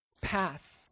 path